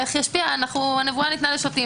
אבל הנבואה ניתנה לשוטים,